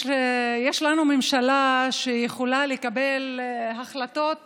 יש לנו ממשלה שיכולה לקבל החלטות